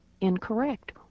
incorrect